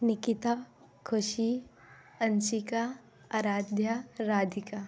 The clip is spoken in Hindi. निकिता खुशी अंशिका अराध्या राधिका